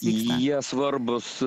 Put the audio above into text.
jie svarbūs